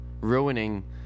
ruining